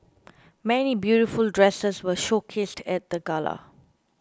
many beautiful dresses were showcased at the gala